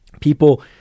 people